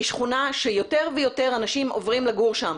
היא שכונה שיותר ויותר אנשים עוברים לגור שמה,